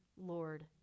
Lord